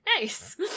Nice